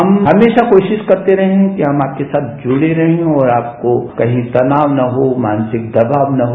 हम हमेशा कोशिश करते रहे हैं कि हम आपके साथ जुड़े रहे और आपको कहीं तनाव न हो मानसिक दबाव न हो